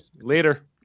Later